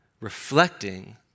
reflecting